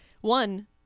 one